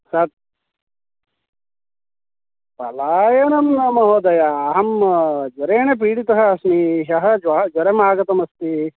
सत् पलायनं न महोदय अहं ज्वरेण पीडितः अस्मि ह्यः ज्वरम् आगतमस्ति